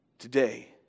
today